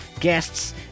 guests